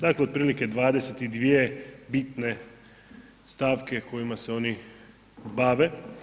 Dakle, otprilike 22 bitne stavke kojima se oni bave.